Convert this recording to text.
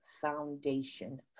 foundation